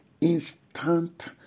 instant